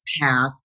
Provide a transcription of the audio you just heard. path